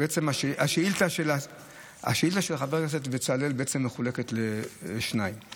בעצם, השאילתה של חבר הכנסת בצלאל מחולקת לשניים.